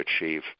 achieve